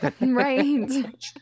Right